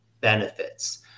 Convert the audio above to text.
benefits